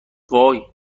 وای